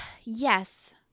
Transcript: Yes